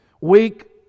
weak